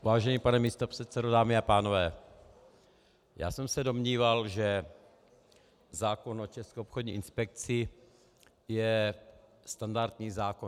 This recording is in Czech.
Vážený pane místopředsedo, dámy a pánové, já jsem se domníval, že zákon o České obchodní inspekci je standardní zákon.